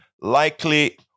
likely